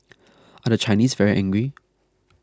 are the Chinese very angry